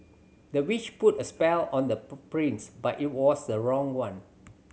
the witch put a spell on the prince but it was the wrong one